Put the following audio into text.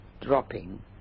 dropping